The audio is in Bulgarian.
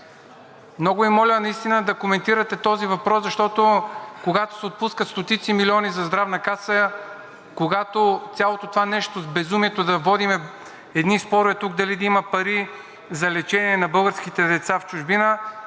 Много Ви моля, наистина да коментирате този въпрос, защото, когато се отпускат стотици милиони за Здравна каса, когато цялото това нещо с безумието да водим едни спорове тук дали да има пари за лечение на българските деца в чужбина,